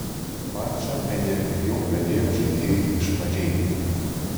mačą energingiau pradėjo žaidėjai iš mažeikių